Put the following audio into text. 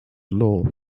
law